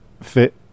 fit